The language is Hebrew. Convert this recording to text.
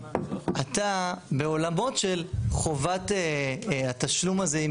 אתה בעולמות של חובת התשלום הזה,